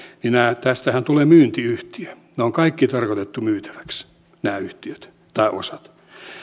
niin tästähän tulee myyntiyhtiö ne on kaikki tarkoitettu myytäväksi nämä yhtiöt tai osat